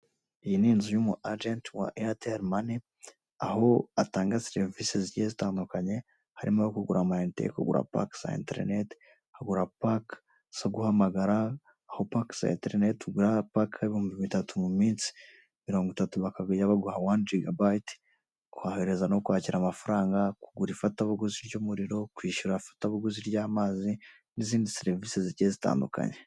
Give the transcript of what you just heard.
Iyi n'inzu y'umu ajeti wa eyateri mani aho atanga serivise zigiye zitandukanye harimo; kugura amayinite, kugura pake za eterinete, kugura pake zo guhamagara, aho pake za eterinete ugura pake y'ibihumbi bitatu mu iminsi mirongwitatu bakarya baguha wani jigabiti, kohereza no kwakira amafaranga, kugura ifata buguzi ry'umuriro, kwishyura ifatabuguzi ry'amazi n'inzindi serivise zigiye zitandukanye.